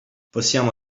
possiamo